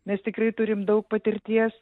nes tikrai turim daug patirties